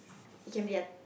it can be a